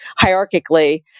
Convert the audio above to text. hierarchically